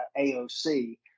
AOC